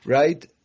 Right